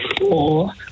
four